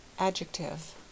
Adjective